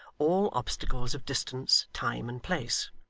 all obstacles of distance, time, and place.